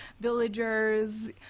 villagers